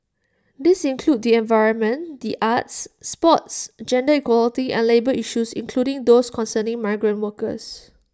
these include the environment the arts sports gender equality and labour issues including those concerning migrant workers